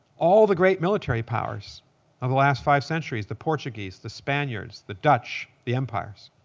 all the great military powers of the last five centuries the portuguese, the spaniards, the dutch, the empires,